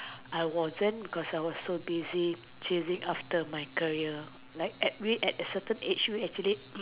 I wasn't because I was so busy chasing after my career like I mean at a certain age you actually